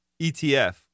ETF